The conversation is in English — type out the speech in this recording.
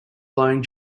blowing